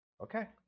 Okay